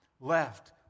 left